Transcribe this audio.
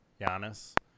Giannis